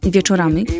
Wieczorami